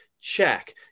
check